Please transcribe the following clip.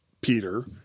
Peter